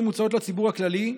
שמוצעות לציבור הכללי,